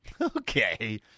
Okay